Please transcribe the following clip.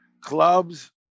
clubs